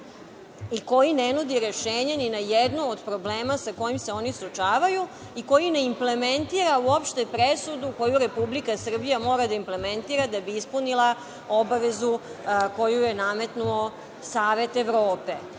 i koji ne nudi rešenje ni na jedno od problema sa kojima se oni suočavaju i koji ne implementira uopšte presudu koju Republika Srbija mora da implementira da bi ispunila obavezu koju je nametnuo Savet Evrope. Molim